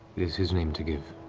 is his name to give.